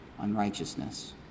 unrighteousness